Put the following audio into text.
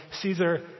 caesar